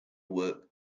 work